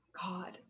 god